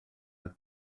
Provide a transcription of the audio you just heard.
oedd